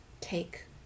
take